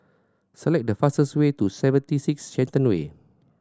select the fastest way to Seventy Six Shenton Way